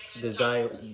Desire